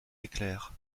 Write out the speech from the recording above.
éclair